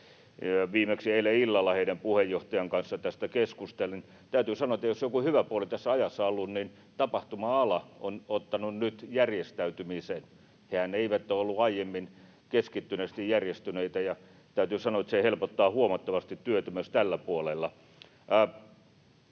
Viimeksi eilen illalla heidän puheenjohtajansa kanssa tästä keskustelin. Täytyy sanoa, että jos joku hyvä puoli tässä ajassa on ollut, niin tapahtumaa-ala on ottanut nyt järjestäytymisen. Hehän eivät ole olleet aiemmin keskittyneesti järjestyneitä. Ja täytyy sanoa, että se helpottaa huomattavasti työtä myös tällä puolella.